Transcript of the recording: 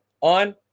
on